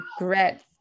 regret